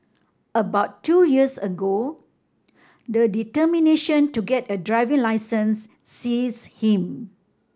about two years ago the determination to get a driving licence seize him